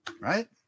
Right